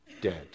dead